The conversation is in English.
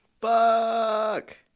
Fuck